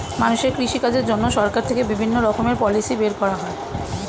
মানুষের কৃষি কাজের জন্য সরকার থেকে বিভিন্ন রকমের পলিসি বের করা হয়